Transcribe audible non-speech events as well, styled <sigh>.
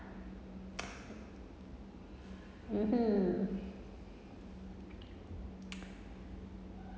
<noise> mmhmm